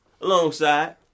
alongside